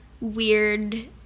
weird